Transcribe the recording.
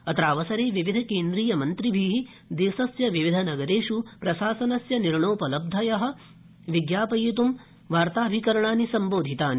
अत्रावसरे विविधकेन्द्रीयमन्त्रिभि देशस्य विविधनगरेष् प्रशासनस्य निर्णयोपलब्धय विज्ञापयित् वार्ताभिकरणानि सम्बोधितानि